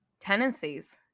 tendencies